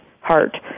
heart